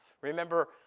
Remember